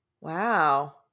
Wow